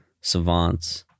Savant's